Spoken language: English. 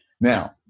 Now